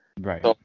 Right